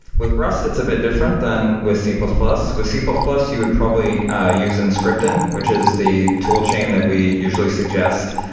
with rust, it's a bit different than with c plus plus. with c plus plus, you would probably ah use some um script in, which is the toolchain that we usually suggest,